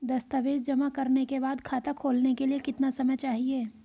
दस्तावेज़ जमा करने के बाद खाता खोलने के लिए कितना समय चाहिए?